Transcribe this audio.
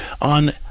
on